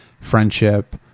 friendship